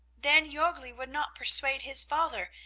then jorgli would not persuade his father,